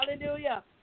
Hallelujah